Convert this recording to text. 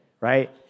right